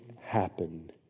happen